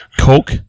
Coke